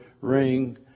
ring